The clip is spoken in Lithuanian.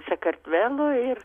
sakartvelo ir